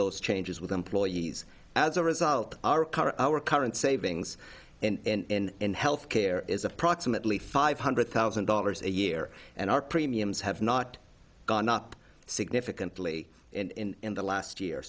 those changes with employees as a result our our current savings and in health care is approximately five hundred thousand dollars a year and our premiums have not gone up significantly in the last year